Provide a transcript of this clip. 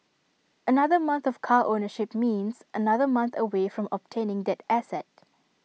another month of car ownership means another month away from obtaining that asset